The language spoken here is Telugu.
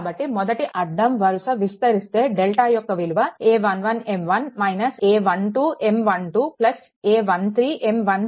కాబట్టి మొదటి అడ్డం వరుస విస్తరిస్తే డెల్టా యొక్క విలువ a11M1 - a12M12 a13M13